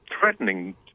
threatening